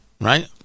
right